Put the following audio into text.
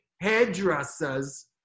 hairdressers